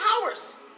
powers